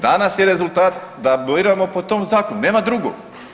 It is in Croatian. Danas je rezultat da biramo po tom zakonu, nema drugog.